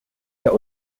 der